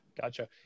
Gotcha